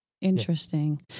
Interesting